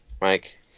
Mike